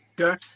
Okay